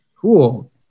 Cool